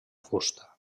fusta